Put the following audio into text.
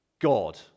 God